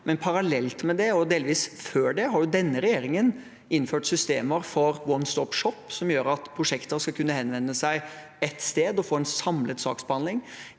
Parallelt med det, og delvis før det, har denne regjeringen innført systemer for One Stop Shop, som gjør at prosjekter skal kunne henvende seg ett sted og få en samlet saksbehandling,